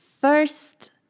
first